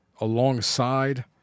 Alongside